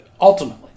Ultimately